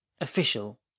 official